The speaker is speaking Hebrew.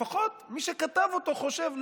לפחות מי שכתב אותו חושב,